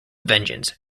vengeance